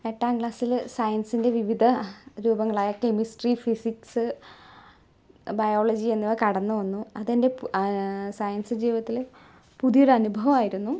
എട്ടാം ക്ലാസ്സില് സയൻസിൻ്റെ വിവിധ രൂപങ്ങളായ കെമിസ്ട്രി ഫിസിക്സ് ബയോളജി എന്നിവ കടന്നു വന്നു അതെൻ്റെ സയൻസ് ജീവിതത്തില് പുതിയൊരു അനുഭവമായിരുന്നു